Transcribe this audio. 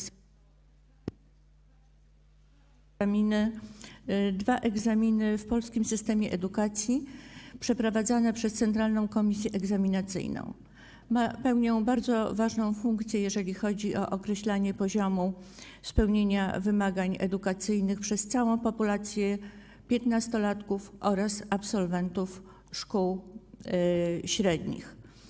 Egzamin maturalny i egzaminy ósmoklasisty, dwa egzaminy w polskim systemie edukacji przeprowadzane przez Centralną Komisję Egzaminacyjną, pełnią bardzo ważną funkcję, jeżeli chodzi o określanie poziomu spełnienia wymagań edukacyjnych przez całą populację piętnastolatków oraz absolwentów szkół średnich.